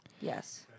Yes